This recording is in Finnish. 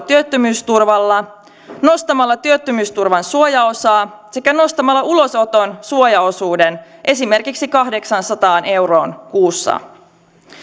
työttömyysturvalla nostamalla työttömyysturvan suojaosaa sekä nostamalla ulosoton suojaosuuden esimerkiksi kahdeksaansataan euroon kuussa